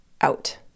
out